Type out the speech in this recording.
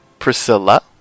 Priscilla